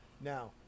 Now